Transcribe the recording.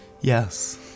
Yes